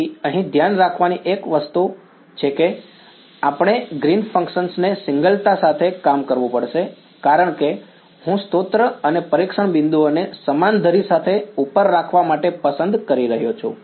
તેથી અહીં ધ્યાન રાખવાની એકમાત્ર વસ્તુ એ છે કે આપણે ગ્રીન્સ ફંક્શન ને સિંગલ તા સાથે કામ કરવું પડશે કારણ કે હું સ્રોત અને પરીક્ષણ બિંદુઓને સમાન ધરી સાથે ઉપર રાખવા માટે પસંદ કરી રહ્યો છું